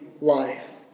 life